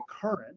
Current